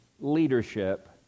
leadership